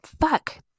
fuck